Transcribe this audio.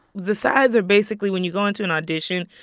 the sides are basically when you go into an audition,